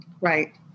Right